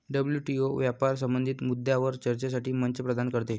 WTO व्यापार संबंधित मुद्द्यांवर चर्चेसाठी मंच प्रदान करते